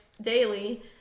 daily